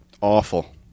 Awful